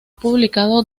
publicado